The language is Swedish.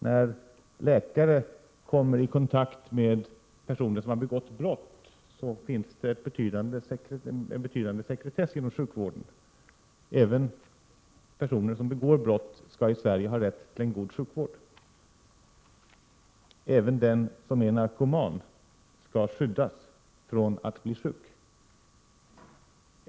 När läkare kommer i kontakt med personer som har begått brott finns det en betydande sekretess inom sjukvården. Även den som är narkoman skall skyddas från att bli sjuk.